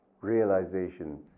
realization